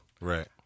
Right